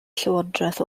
llywodraeth